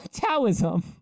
Taoism